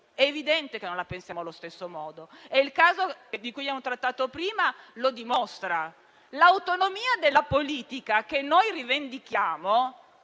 è evidente che non la pensiamo allo stesso modo. Il caso di cui abbiamo trattato prima lo dimostra. L'autonomia della politica, che noi rivendichiamo,